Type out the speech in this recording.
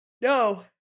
No